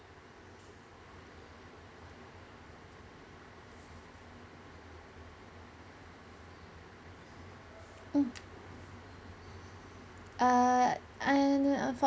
mm err and fo~